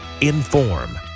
Inform